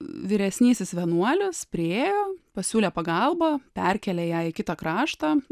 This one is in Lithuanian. vyresnysis vienuolis priėjo pasiūlė pagalbą perkelia ją į kitą kraštą